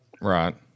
Right